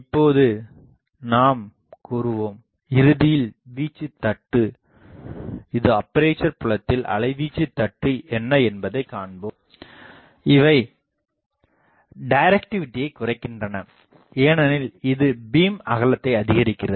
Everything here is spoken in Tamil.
இப்போது இங்கே நாம் கூறுவோம் இறுதியில் வீச்சுத் தட்டு இது அப்பேசர் புலத்தில் அலைவீச்சுத் தட்டு என்ன என்பதைக் காண்போம் இவை டிரக்டிவிடியை குறைக்கின்றன ஏனெனில் இது பீம் அகலத்தை அதிகரிக்கிறது